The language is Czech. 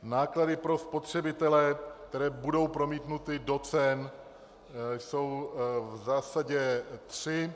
Náklady pro spotřebitele, které budou promítnuty do cen, jsou v zásadě tři.